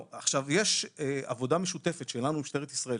יש עבודה משותפת שלנו עם משטרת ישראל.